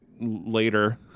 later